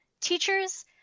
teachers